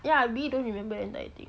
ya we don't remember the entire thing